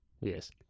yes